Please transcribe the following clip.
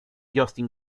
justin